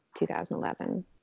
2011